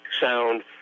sound